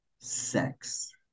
Sex